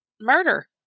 murder